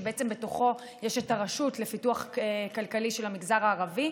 שבתוכו נמצאת הרשות לפיתוח כלכלי של המגזר הערבי.